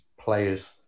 players